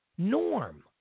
norm